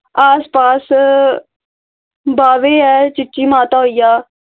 आस पास बावे ऐ चीची माता होई गेआ